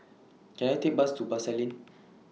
Can I Take Bus to Pasar Lane